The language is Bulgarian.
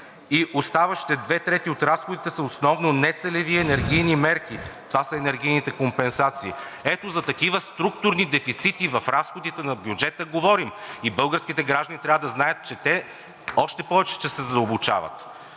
Оставащите две трети от разходите са основно нецелеви енергийни мерки. Това са енергийните компенсации. Ето за такива структурни дефицити в разходите на бюджета говорим. (Показва графика.) И българските граждани трябва да знаят, че те още повече ще се задълбочават.